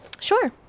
Sure